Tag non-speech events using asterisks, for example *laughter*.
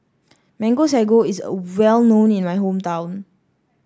*noise* Mango Sago is a well known in my hometown